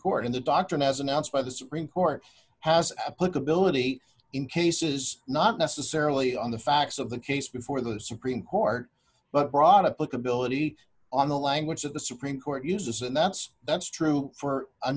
court in the doctrine as announced by the supreme court has applicability in cases not necessarily on the facts of the case before the supreme court but brought up look ability on the language of the supreme court uses and that's that's true for a